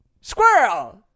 Squirrel